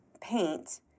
paint